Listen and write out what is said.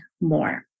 more